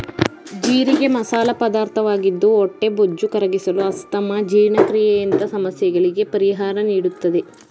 ಜೀರಿಗೆ ಮಸಾಲ ಪದಾರ್ಥವಾಗಿದ್ದು ಹೊಟ್ಟೆಬೊಜ್ಜು ಕರಗಿಸಲು, ಅಸ್ತಮಾ, ಜೀರ್ಣಕ್ರಿಯೆಯಂತ ಸಮಸ್ಯೆಗಳಿಗೆ ಪರಿಹಾರ ನೀಡುತ್ತದೆ